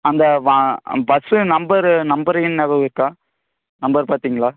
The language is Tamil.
அந்த பஸ்ஸு நம்பரு நம்பரு எண் ஞாபகம் இருக்கா நம்பர் பாத்தீங்களா